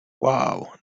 wow